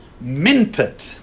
minted